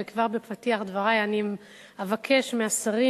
וכבר בפתיח דברי אני אבקש מהשרים